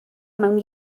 mewn